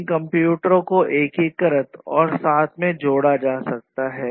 इन कंप्यूटरों को एकीकृत और साथ में जोड़ा जा सकता है